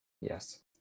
Yes